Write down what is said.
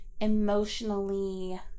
emotionally